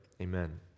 amen